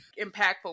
impactful